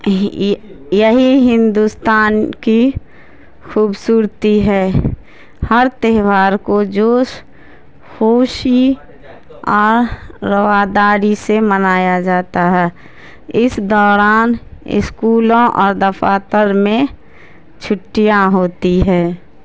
یہی ہندوستان کی خوبصورتی ہے ہر تہوار کو جوش خوشی اور رواداری سے منایا جاتا ہے اس دوران اسکولوں اور دفاتر میں چھٹیاں ہوتی ہے